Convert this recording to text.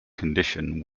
condition